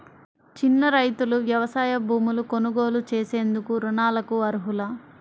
చిన్న రైతులు వ్యవసాయ భూములు కొనుగోలు చేసేందుకు రుణాలకు అర్హులా?